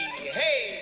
Hey